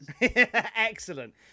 Excellent